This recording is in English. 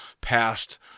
past